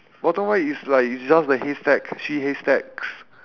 bottom right is like it's just the haystack three haystacks